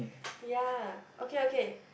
yea okay okay